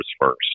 first